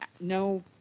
no